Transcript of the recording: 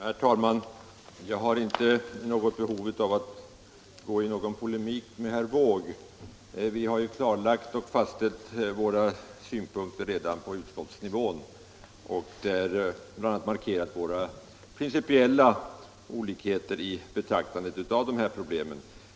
Herr talman! Jag har inte något behov av att gå i polemik med herr Wååg. Vi har klarlagt och fastställt våra synpunkter på utskottsnivå och där bl.a. markerat de principiella olikheterna i vårt betraktande av de här problemen.